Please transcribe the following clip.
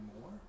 more